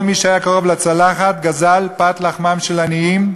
כל מי שהיה קרוב לצלחת גזל פת לחמם של עניים.